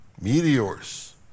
meteors